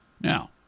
Now